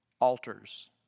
Altars